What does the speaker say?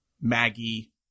Maggie